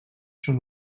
són